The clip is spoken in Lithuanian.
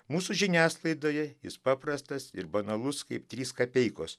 mūsų žiniasklaidoje jis paprastas ir banalus kaip trys kapeikos